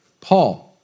Paul